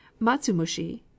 Matsumushi